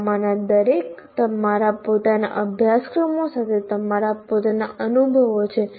તમારામાંના દરેકને તમારા પોતાના અભ્યાસક્રમો સાથે તમારા પોતાના અનુભવો છે